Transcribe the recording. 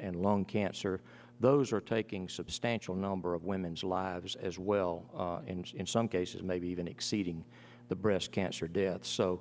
and lung cancer those are taking substantial number of women's lives as well and in some cases maybe even exceeding the breast cancer death so